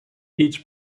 each